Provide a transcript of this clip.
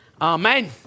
Amen